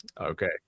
Okay